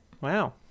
Wow